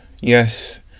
Yes